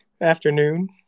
afternoon